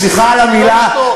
סליחה על המילה,